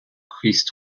christ